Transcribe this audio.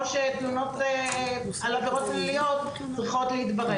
תלונות על עבירות פליליות צריכות להתברר.